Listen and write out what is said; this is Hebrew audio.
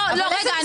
לא, לא, רגע.